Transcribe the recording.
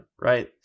right